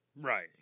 Right